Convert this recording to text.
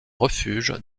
refuge